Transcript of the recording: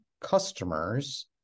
customers